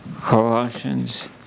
Colossians